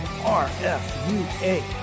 R-F-U-A